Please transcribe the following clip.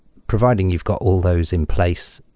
providing you've got all those in place,